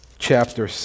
chapter